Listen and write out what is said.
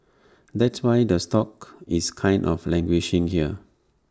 that's why the stock is kind of languishing here